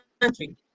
Country